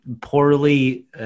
poorly